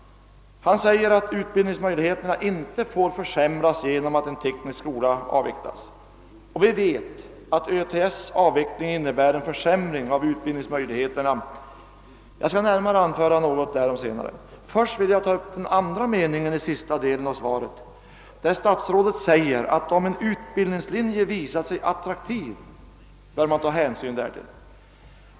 Statsrådet säger att utbildningsmöjligheterna inte får försämras genom en teknisk skolas avveckling. Och vi vet att en avveckling av Örnsköldsviks tekniska skola skulle innebära en försämring av utbildningsmöjligheterna. Jag skall närmare anföra något därom senare. Först vill jag dock ta upp den andra meningen i sista stycket av svaret, där det heter att om en utbildningslinje har visat sig attraktiv bör man ta hänsyn härtill.